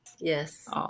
Yes